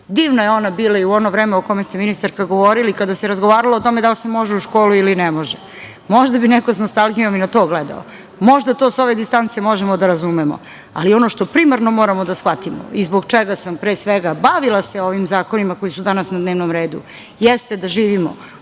Divna je ona bila i u ono vreme o kome ste, ministarka, govorili, kada se razgovaralo o tome da li se može u školu ili se ne može. Možda bi neko s nostalgijom i na to gledao. Možda to sa ove distance možemo da razumemo, ali ono što primarno moramo da shvatimo i zbog čega sam, pre svega, bavila se ovim zakonima koji su danas na dnevnom redu, jeste da živimo u 21.